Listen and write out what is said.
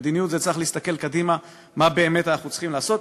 במדיניות להסתכל קדימה מה באמת אנחנו צריכים לעשות.